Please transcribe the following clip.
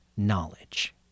knowledge